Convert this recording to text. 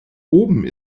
oben